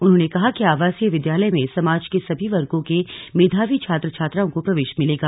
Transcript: उन्होंने कहा कि आवासीय विद्यालय में समाज के सभी वर्गो के मेधावी छात्र छात्राओं को प्रवेश मिलेगा